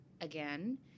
again